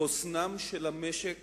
חוסנם של המשק